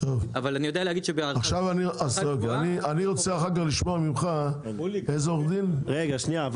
אבל אני יודע להגיד שבהערכה גבוהה --- עורך דין מנור,